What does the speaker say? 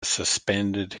suspended